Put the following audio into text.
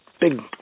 big